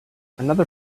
another